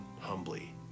humbly